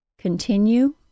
Continue